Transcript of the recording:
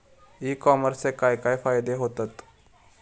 E कॉमर्सचे काय काय फायदे होतत?